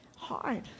Hard